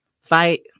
fight